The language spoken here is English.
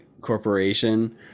Corporation